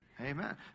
Amen